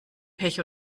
pech